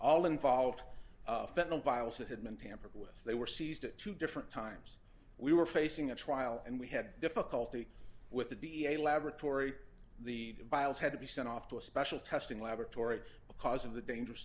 all involved federal vials that had been tampered with they were seized at two different times we were facing a trial and we had difficulty with the d n a laboratory the biles had to be sent off to a special testing laboratory because of the dangerous